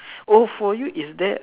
oh for you is there a